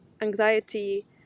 anxiety